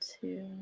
two